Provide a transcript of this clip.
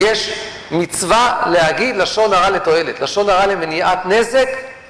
יש מצווה להגיד לשון הרע לתועלת, לשון הרע למניעת נזק